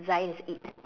Zion is it